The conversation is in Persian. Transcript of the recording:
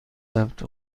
ثبت